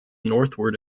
northward